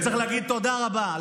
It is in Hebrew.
צריך להגיד תודה רבה למחאה,